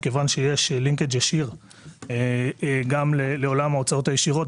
מכיוון שיש לינקג' ישיר גם לעולם ההוצאות הישירות,